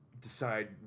decide